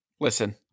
Listen